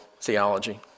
theology